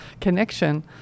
connection